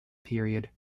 period